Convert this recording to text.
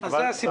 זה הסיפור.